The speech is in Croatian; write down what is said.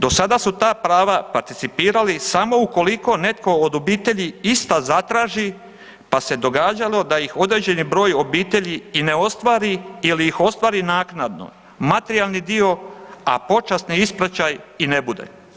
Do sada su ta prava participirali samo ukoliko netko od obitelji ista zatraži, pa se događalo da ih određeni broj obitelji i ne ostvari ili ih ostvari naknadno, materijalni dio, a počasni ispraćaj i ne bude.